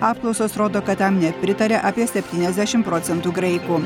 apklausos rodo kad tam nepritaria apie septyniasdešimt procentų graikų